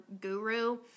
guru